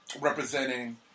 representing